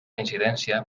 incidència